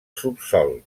subsòl